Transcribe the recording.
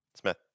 Smith